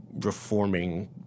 reforming